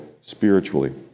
spiritually